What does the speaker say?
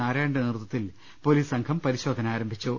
നാരായണന്റെ നേതൃത്വത്തിൽ പൊലീസ് സംഘം പരിശോ ധന ആരംഭിച്ചു